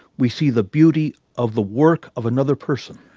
we see the beauty of the work of another person.